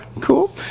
Cool